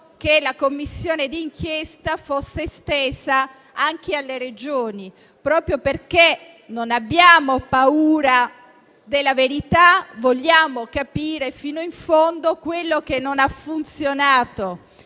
che la Commissione d'inchiesta fosse estesa anche alle Regioni. Proprio perché non abbiamo paura della verità, vogliamo capire fino in fondo quello che non ha funzionato